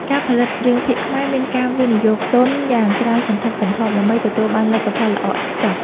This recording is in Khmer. ការផលិតរឿងភាគខ្មែរមានការវិនិយោគទុនយ៉ាងច្រើនសន្ធឹកសន្ធាប់ ដើម្បីទទួលបានលទ្ធផលល្អឥតខ្ចោះ។